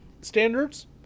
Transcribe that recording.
standards